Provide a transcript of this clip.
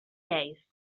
days